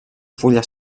fulla